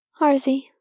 Arzy